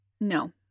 No